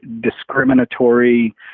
discriminatory